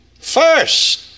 First